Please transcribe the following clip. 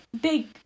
big